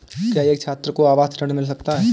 क्या एक छात्र को आवास ऋण मिल सकता है?